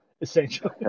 Essentially